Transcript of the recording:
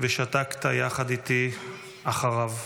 ושתקת יחד איתי אחריו.